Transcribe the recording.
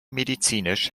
medizinisch